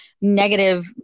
negative